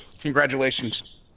congratulations